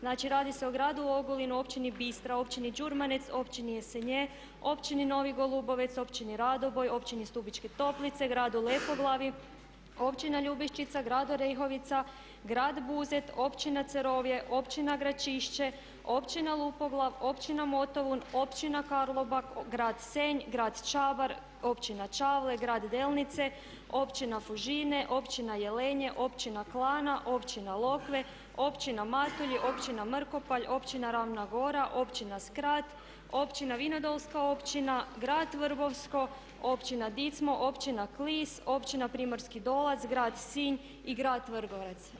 Znači radi se o gradu Ogulinu, Općini Bistra, Općini Đurmanec, Općini Jesenje, Općini Novi Golubovec, Općini Radoboj, Općini Stubičke toplice, gradu Lepoglavi, Općina Ljubiščica, grad Orehovica, grad Buzet, Općina Cerovje, Općina Gračišće, Općina Lupoglav, Općina Motovun, Općina Karlobag, grad Senj, grad Čabar, Općina Čavle, grad Delnice, Općina Fužine, Općina Jelenje, Općina Klana, Općina Lokve, Općina Matulji, Općina Mrkopalj, Općina Ravna gora, Općina Skrad, Općina Vinodolska općina, grad Vrbovsko, Općina Dicmo, Općina Klis, Općina Primorski dolac, grad Sinj i grad Vrgorac.